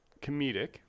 comedic